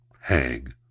hang